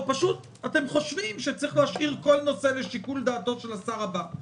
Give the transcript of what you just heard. או שפשוט אתם חושבים שצריך להשאיר כל נושא לשיקול דעתו של השר הבא?